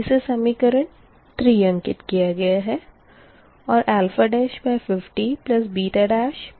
इसे समीकरण 3 अंकित किया गया है और5050 8 है